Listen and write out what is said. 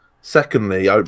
Secondly